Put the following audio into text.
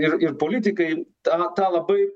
ir ir politikai tą tą labai